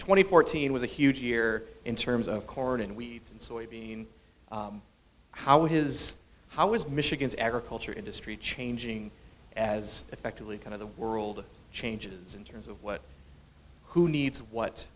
twenty fourteen was a huge year in terms of corn and wheat and soy bean how his how is michigan's agriculture industry changing as effectively kind of the world changes in terms of what who needs what